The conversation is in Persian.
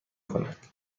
کند